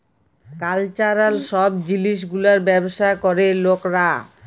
cultural সব জিলিস গুলার ব্যবসা ক্যরে লকরা